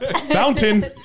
Fountain